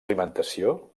alimentació